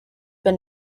been